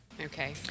Okay